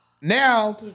Now